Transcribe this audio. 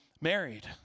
married